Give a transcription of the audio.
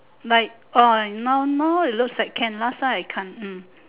like uh normal it looks like can last time I can't hmm